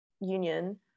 Union